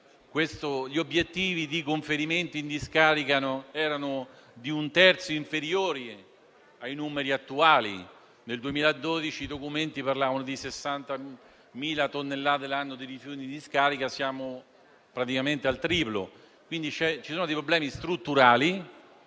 Gli obiettivi di conferimenti in discarica erano di un terzo inferiori ai numeri attuali. Nel 2012 i documenti parlavano di 60.000 tonnellate l'anno di rifiuti in discarica, siamo praticamente al triplo. Ci sono quindi dei problemi strutturali